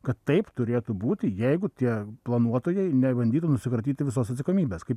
kad taip turėtų būti jeigu tie planuotojai nebandytų nusikratyti visos atsakomybės kaip